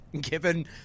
given